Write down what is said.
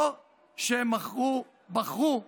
או שהם בחרו בכיסאות.